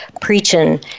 preaching